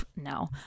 no